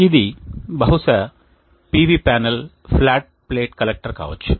ఇది బహుశా PV panel flat plate collector కావచ్చు